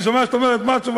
אני שומע שאת אומרת משהו,